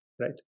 right